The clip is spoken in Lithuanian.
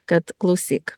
kad klausyk